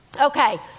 Okay